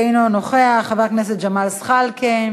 אינו נוכח, חבר הכנסת ג'מאל זחאלקה,